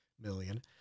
million